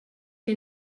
que